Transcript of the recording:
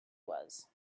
was